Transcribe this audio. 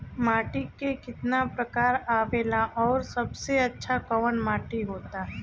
माटी के कितना प्रकार आवेला और सबसे अच्छा कवन माटी होता?